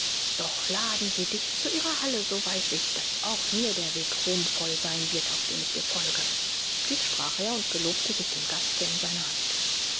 doch laden sie dich zu ihrer halle so weiß ich daß auch mir der weg ruhmvoll sein wird auf dem ich dir folge dies sprach er und gelobte sich dem gaste in seine hand